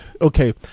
Okay